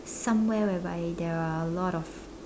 somewhere whereby there are a lot of